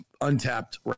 untapped